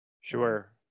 Sure